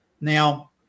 Now